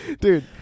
Dude